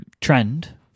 trend